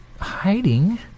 hiding